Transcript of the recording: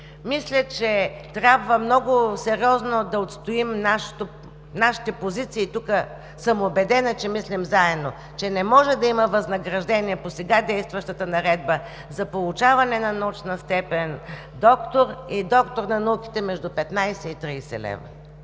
Мисля, че трябва много сериозно да отстоим нашите позиции. Тук съм убедена, че мислим заедно, че не може да има възнаграждения по сега действащата наредба за получаване на научна степен „доктор“ и „доктор на науките“ между 15 и 30 лв.